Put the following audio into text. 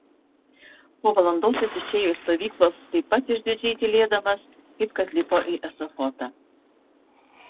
po valandos jis išėjo iš stovyklos taip pat išdidžiai tylėdamas kaip kad lipo į ešafotą